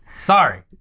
sorry